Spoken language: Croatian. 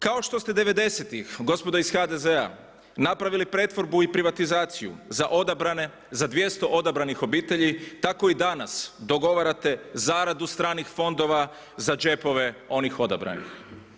Kao što ste devedesetih gospodo iz HDZ-a napravili pretvorbu i privatizaciju za odabrane, za 200 odabranih obitelji tako i danas dogovarate zaradu stranih fondova za džepove onih odabranih.